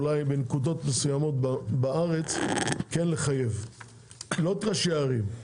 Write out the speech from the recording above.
אולי כן לחייב בנקודות מסוימות בארץ לא את ראשי הערים,